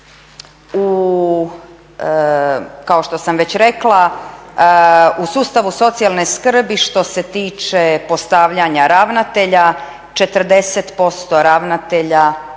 ću. Kao što sam već rekla u sustavu socijalne skrbi što se tiče postavljanja ravnatelja 40% ravnatelja